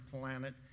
planet